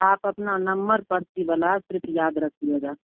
आप अपना नंबर पर्ची वाला सिर्फ याद रखिएगा